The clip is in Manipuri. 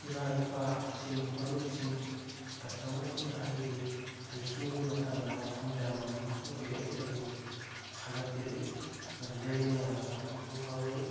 ꯏꯃꯥ ꯏꯄꯥꯁꯤꯡ ꯃꯔꯨꯞꯁꯤꯡ ꯀꯁꯇꯃꯔꯁꯤꯡꯅ ꯑꯩꯒꯤ ꯍꯩꯁꯤꯡꯕꯒꯤ ꯃꯇꯥꯡꯗ ꯋꯥꯐꯝ ꯀꯌꯥ ꯃꯔꯨꯝ ꯐꯣꯡꯗꯣꯛꯄꯤꯔꯛꯏ ꯑꯩꯕꯨ ꯊꯥꯒꯠꯄꯤꯔꯛꯏ ꯃꯗꯨꯗ ꯑꯩꯅ ꯌꯥꯝꯅ ꯆꯥꯎꯊꯣꯛꯆꯕ ꯐꯥꯎꯖꯩ